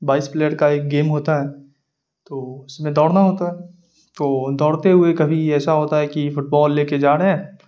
بائیس پلیئر کا ایک گیم ہوتا ہے تو اس میں دوڑنا ہوتا ہے تو دوڑتے ہوئے کبھی ایسا ہوتا ہے کہ فٹ بال لے کے جا رہے ہیں